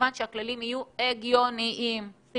וכמובן שהכללים צריכים להיות הגיוניים וניתנים באמת ליישום ואכיפה.